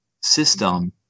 system